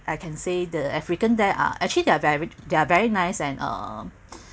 I can say the African there are actually they're very they're very nice and um